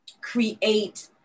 create